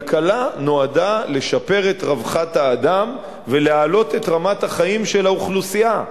כלכלה נועדה לשפר את רווחת האדם ולהעלות את רמת החיים של האוכלוסייה.